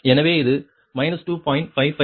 எனவே இது 2